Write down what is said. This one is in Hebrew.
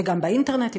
וגם באינטרנט,